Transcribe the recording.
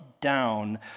down